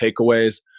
takeaways